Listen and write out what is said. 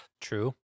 True